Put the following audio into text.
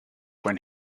when